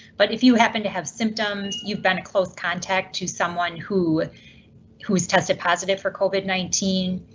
but if you happen to have symptoms, you've been in close contact to someone who who has tested positive for covid nineteen.